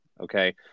Okay